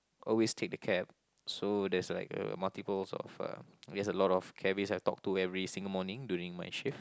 always take the cab so there's like uh multiples of uh there's a lot of cabbies I talk to during my shift